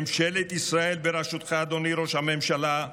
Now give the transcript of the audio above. ממשלת ישראל בראשותך, אדוני ראש הממשלה,